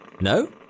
No